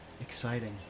Exciting